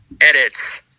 edits